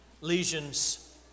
lesions